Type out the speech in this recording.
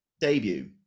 debut